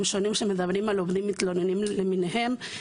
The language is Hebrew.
שונים שמדברים על עובדים מתלוננים למיניהם,